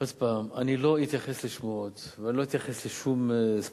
עוד הפעם: אני לא אתייחס לשמועות ואני לא אתייחס לשום ספקולציה,